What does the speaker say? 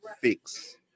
fix